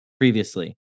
previously